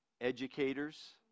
Educators